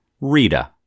Rita